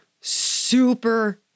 super